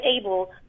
able